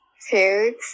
foods